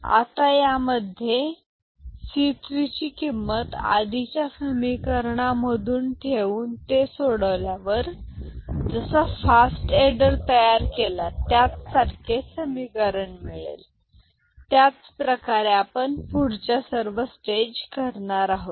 आता यामध्ये C3 ची किंमत आधीच्या समिकरणा मधून ठेवून ते सोडल्यावर जसा फास्ट एडर तयार केला त्याच सारखे समीकरण मिळेल त्याच प्रकारे आपण पुढच्या सर्व स्टेज करणार आहोत